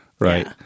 Right